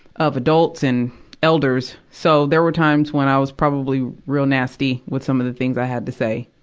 of adult and elders. so, there were times when i was probably real nasty with some of the things i had to say.